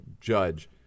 judge